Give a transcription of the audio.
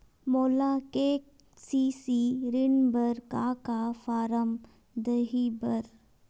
मोला के.सी.सी ऋण बर का का फारम दही बर?